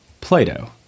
Plato